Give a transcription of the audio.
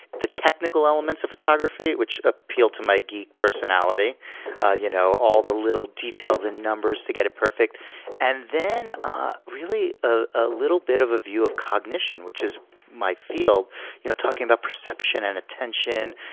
the technical elements of photography, which appealed to my geek personality you know all the little details to get it perfect and then ah really ah a little bit of a view of cognition, which is my field you know talking about perception and attention.